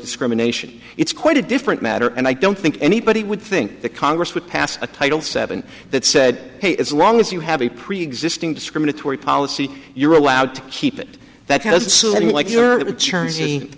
discrimination it's quite a different matter and i don't think anybody would think the congress would pass a title seven that said hey as long as you have a preexisting discriminatory policy you're allowed to keep it that has assuming you like your church is the